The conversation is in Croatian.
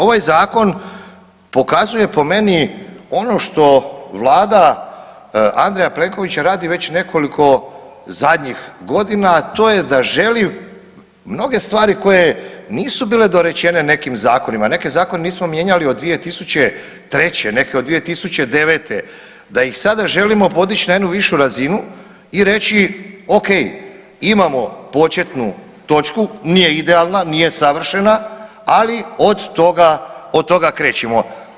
Ovaj zakon pokazuje po meni ono što Vlada Andreja Plenkovića radi već nekoliko zadnjih godina, a to je da želi mnoge stvari koje nisu bile dorečene nekim zakonima, neke zakone nismo mijenjali od 2003., neke od 2009., da ih sada želimo podići na jednu višu razinu i reći ok imamo početnu točnu, nije idealna, nije savršena, ali od toga, od toga krećemo.